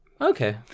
Okay